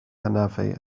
anafu